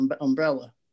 umbrella